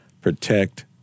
protect